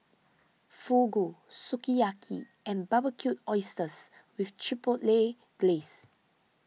Fugu Sukiyaki and Barbecued Oysters with Chipotle Glaze